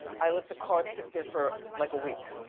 i let the card sit there for like a week.